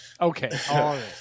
Okay